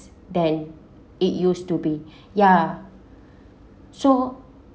than it used to be ya so